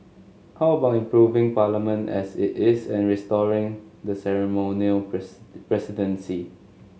how about improving Parliament as it is and restoring the ceremonial presidency